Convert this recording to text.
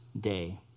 day